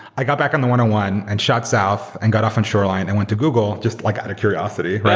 i got back on the one on one and shot south and got off in shoreline and went to google just like out of curiosity.